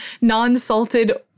non-salted